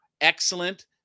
excellent